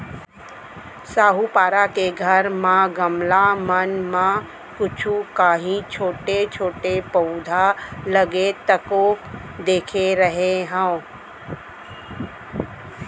साहूपारा के घर म गमला मन म कुछु कॉंहीछोटे छोटे पउधा लगे तको देखे रेहेंव